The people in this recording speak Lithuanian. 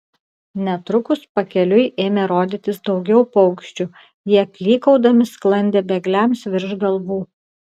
netrukus pakeliui ėmė rodytis daugiau paukščių jie klykaudami sklandė bėgliams virš galvų